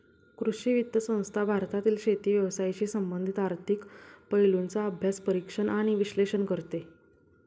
कृषी वित्त संस्था भारतातील शेती व्यवसायाशी संबंधित आर्थिक पैलूंचा अभ्यास, परीक्षण आणि विश्लेषण करते